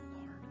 Lord